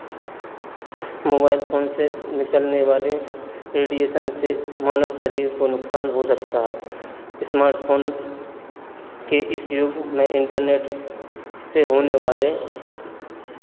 mobile phone से निकलने वाले रेडिएशन से मानव शरीर को नुकसान हो सकता है स्मार्ट फ़ोन के इस युग में इंटरनेट से होने वाले